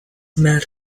mad